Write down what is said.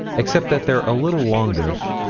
except that they're a little longish,